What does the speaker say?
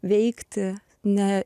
veikti ne